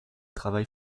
travail